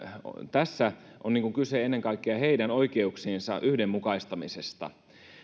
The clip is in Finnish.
tässä on kyse ennen kaikkea heidän oikeuksiensa yhdenmukaistamisesta